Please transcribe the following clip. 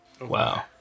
Wow